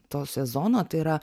to sezono tai yra